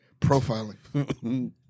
profiling